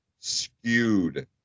skewed